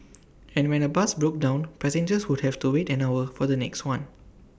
and when A bus broke down passengers would have to wait an hour for the next one